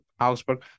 Augsburg